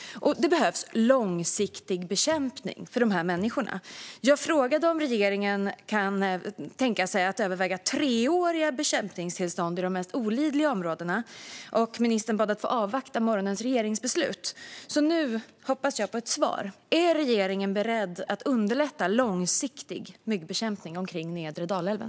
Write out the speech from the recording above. Det behövs långsiktig bekämpning för dessa människor. Jag frågade om regeringen kan tänka sig att överväga treåriga bekämpningstillstånd i de områden där det är mest olidligt. Ministern bad att få invänta regeringsbeslutet. Nu hoppas jag på ett svar. Är regeringen beredd att underlätta långsiktig myggbekämpning omkring nedre Dalälven?